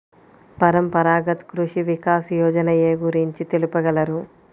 పరంపరాగత్ కృషి వికాస్ యోజన ఏ గురించి తెలుపగలరు?